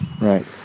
Right